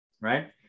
right